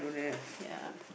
yeah